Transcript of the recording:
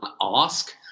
ask